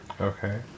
Okay